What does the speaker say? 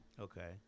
Okay